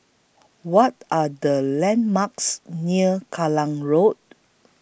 What Are The landmarks near Kallang Road